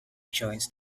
joins